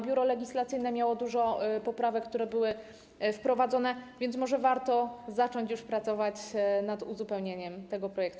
Biuro Legislacyjne miało dużo poprawek, które były wprowadzone, więc może warto zacząć już pracować nad uzupełnieniem tego projektu.